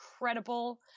incredible